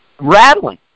rattling